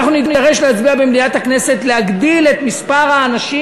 ואנחנו נידרש להצביע במליאת הכנסת להגדיל את מספר האנשים,